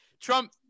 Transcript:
Trump